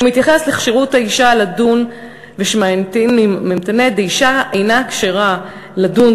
כשהוא מתייחס לכשירות האישה לדון: ושמעינן ממתני דאישה אינה כשרה לדון,